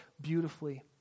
beautifully